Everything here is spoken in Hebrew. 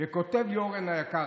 כותב אורן היקר,